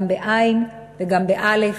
גם בעי"ן וגם באל"ף.